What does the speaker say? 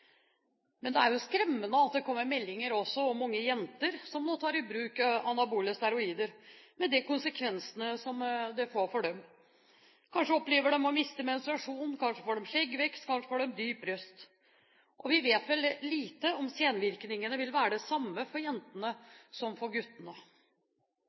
Men det er jo skremmende at det også kommer meldinger om unge jenter som nå tar i bruk anabole steroider, med de konsekvensene det får for dem. Kanskje opplever de å miste menstruasjonen, kanskje får de skjeggvekst, kanskje får de dyp røst. Vi vet vel lite om senvirkningene vil være de samme for